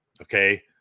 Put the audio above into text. Okay